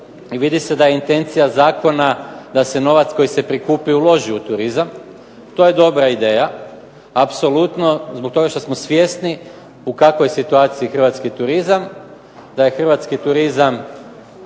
Vidi se da je intencija zakona da se novac koji se prikupi uloži u turizam. To je dobra ideja, apsolutno zbog toga što smo svjesni u kakvoj je situaciji hrvatski turizam, da je hrvatski turizam